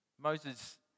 Moses